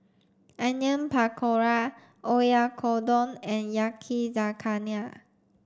Onion Pakora Oyakodon and Yakizakana